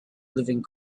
living